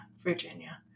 Virginia